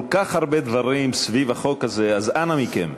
כל כך הרבה דברים סביב החוק הזה, אז אנא מכם,